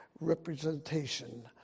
representation